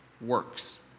works